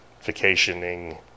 vacationing